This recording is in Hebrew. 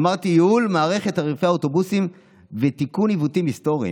אמרתי: ייעול מערכת תעריפי האוטובוסים ותיקון עיוותים היסטוריים.